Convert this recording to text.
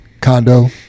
condo